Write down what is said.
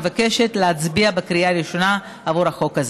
מבקשת להצביע בקריאה ראשונה עבור החוק הזה.